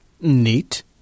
Neat